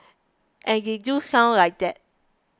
and they do sound like that